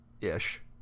ish